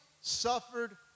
suffered